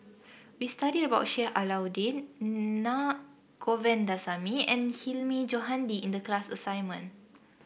we studied about Sheik Alau'ddin Naa Govindasamy and Hilmi Johandi in the class assignment